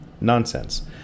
nonsense